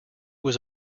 was